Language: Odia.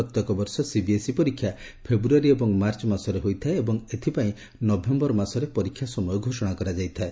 ପ୍ରତ୍ୟେକ ବର୍ଷ ସିବିଏସ୍ଇ ପରୀକ୍ଷା ଫେବୃୟାରୀ ଏବଂ ମାର୍ଚ୍ଚ ମାସରେ ହୋଇଥାଏ ଏବଂ ଏଥିପାଇଁ ନଭେମ୍ବର ମାସରେ ପରୀକ୍ଷା ସମୟ ଘୋଷଣା କରାଯାଇଥାଏ